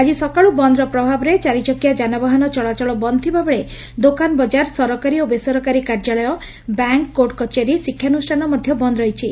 ଆକି ସକାଳୁ ବନ୍ଦ୍ ପ୍ରଭାବରେ ଚାରିଚକିଆ ଯାନବାହାନ ଚଳାଚଳ ବନ୍ଦ୍ ଥିବାବେଳେ ଦୋକାନ ବକାର ସରକାରୀ ଓ ବେସରକାରୀ କାର୍ଯ୍ୟାଳୟ ବ୍ୟାଙ୍କ କୋର୍ଟ କଚେରି ଶିକ୍ଷାନୁଷ୍ଠାନ ମଧ ବନ୍ଦ୍ ରହିଛି